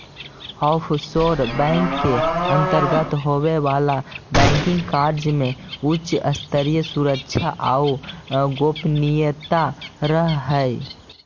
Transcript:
offshore bank के अंतर्गत होवे वाला बैंकिंग कार्य में उच्च स्तरीय सुरक्षा आउ गोपनीयता रहऽ हइ